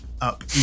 up